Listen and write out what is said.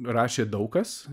rašė daug kas